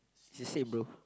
it's the same bro